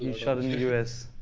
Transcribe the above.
shot it in the us?